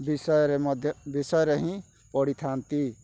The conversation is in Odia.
ବିଷୟରେ ମଧ୍ୟ ବିଷୟରେ ହିଁ ପଢ଼ିଥାନ୍ତି